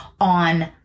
on